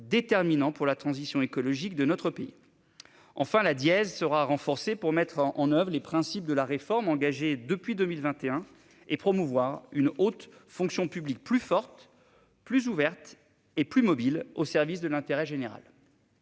déterminant pour la transition écologique de notre pays. Enfin, la Diese sera renforcée pour mettre en oeuvre la réforme engagée depuis 2021 et promouvoir une haute fonction publique plus forte, plus ouverte et plus mobile au service de l'intérêt général.